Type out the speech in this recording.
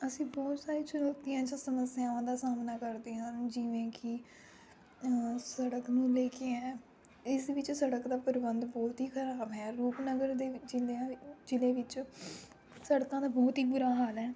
ਅਸੀਂ ਬਹੁਤ ਸਾਰੇ ਚੁਣੌਤੀਆਂ 'ਚ ਸਮੱਸਿਆਵਾਂ ਦਾ ਸਾਹਮਣਾ ਕਰਦੇ ਹਨ ਜਿਵੇਂ ਕਿ ਸੜਕ ਨੂੰ ਲੈ ਕੇ ਹੈ ਇਸ ਵਿੱਚ ਸੜਕ ਦਾ ਪ੍ਰਬੰਧ ਬਹੁਤ ਹੀ ਖ਼ਰਾਬ ਹੈ ਰੂਪਨਗਰ ਦੇ ਵਿੱਚ ਜਿੰਨਿਆਂ ਵੀ ਜ਼ਿਲ੍ਹੇ ਵਿੱਚ ਸੜਕਾਂ ਦਾ ਬਹੁਤ ਹੀ ਬੁਰਾ ਹਾਲ ਹੈ